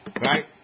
Right